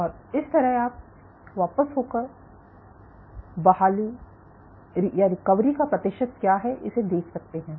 और इस तरह आप वापस होकर बहाली का प्रतिशत क्या है इसे देख सकते हैं